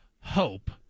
hope